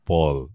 Paul